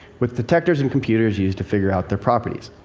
with detectors and computers used to figure out their properties.